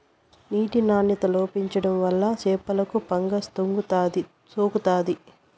నీటి నాణ్యత లోపించడం వల్ల చేపలకు ఫంగస్ సోకుతాది